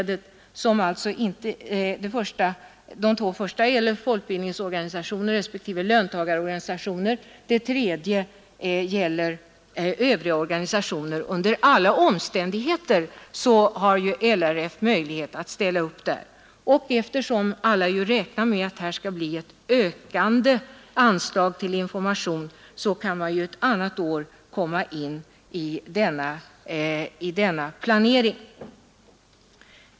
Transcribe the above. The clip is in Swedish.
De två första sammanträdena gäller folkbildningsorganisationer respektive löntagarorganisationer, och det tredje gäller övriga organisationer. Under alla omständigheter har LRF möjlighet att ställa upp vid det senare tillfället. Eftersom alla räknar med ett ökat anslag till information i framtiden, kan man återkomma ett annat år med ansökan.